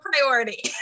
priority